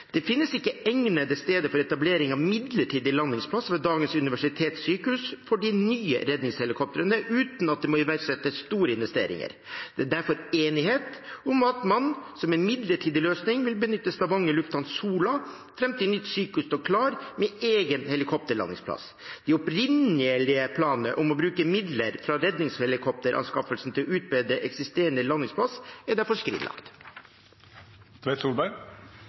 Det finnes ikke egnede steder for etablering av midlertidig landingsplass ved dagens universitetssykehus for de nye redningshelikoptrene uten at det må iverksettes store investeringer. Det er derfor enighet om at man som en midlertidig løsning vil benytte Stavanger lufthavn Sola fram til nytt sykehus står klart med egen helikopterlandingsplass. De opprinnelige planene om å bruke midler fra redningshelikopteranskaffelsen til å utbedre eksisterende landingsplass er derfor